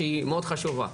שהיא מאוד חשובה.